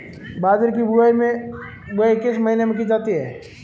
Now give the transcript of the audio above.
बाजरे की बुवाई किस महीने में की जाती है?